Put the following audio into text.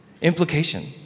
implication